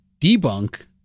debunk